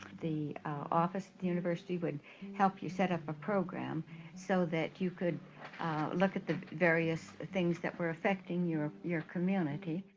the office at the university would help you set up a program so that you could look at the various things that were affecting your your community.